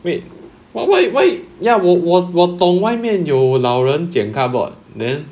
wait what why why ya 我我我懂外面有老人捡 cardboard then